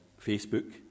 Facebook